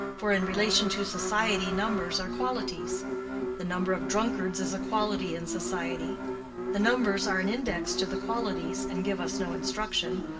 for in relation to society numbers are qualities the number of drunkards is a quality in society the numbers are an index to the qualities, and give us no instruction,